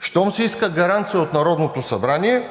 Щом се иска гаранция от Народното събрание,